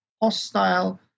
hostile